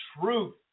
truth